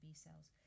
B-cells